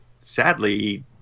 sadly